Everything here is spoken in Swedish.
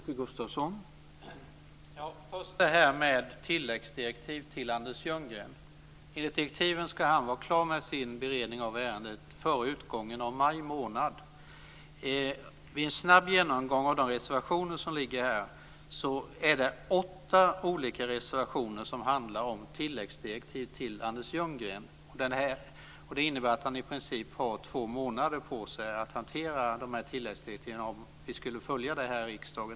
Herr talman! Låt mig först ta upp detta med tilläggsdirektiv till Anders Ljunggren. Enligt direktiven ska han vara klar med sin beredning av ärendet före utgången av maj månad. Vid en snabb genomgång av de reservationer som finns här kan man se att det är åtta olika reservationer som handlar om tilläggsdirektiv till Anders Ljunggren. Det innebär att han i princip skulle ha två månader på sig att hantera de här tilläggsdirektiven om vi skulle följa detta i riksdagen.